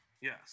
Yes